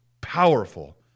powerful